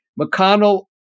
McConnell